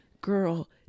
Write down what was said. girl